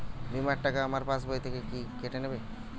বিমার টাকা আমার পাশ বই থেকে কি কেটে নেবে?